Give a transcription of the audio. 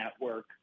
network